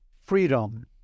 freedom